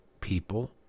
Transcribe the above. people